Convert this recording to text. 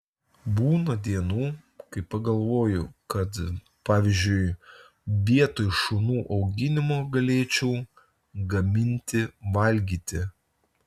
būna dienų kai pagalvoju kad pavyzdžiui vietoj šunų auginimo galėčiau gaminti valgyti